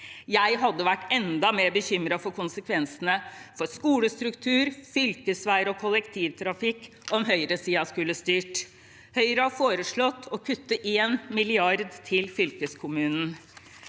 Jeg hadde vært enda mer bekymret for konsekvensene for skolestruktur, fylkesveier og kollektivtrafikk om høyresiden skulle styrt. Høyre har foreslått å kutte 1 mrd. kr til fylkeskommunene.